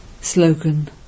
Slogan